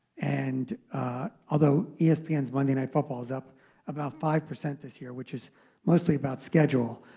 and although yeah espn's monday night football is up about five percent this year, which is mostly about schedule,